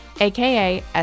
AKA